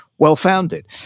well-founded